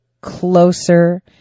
closer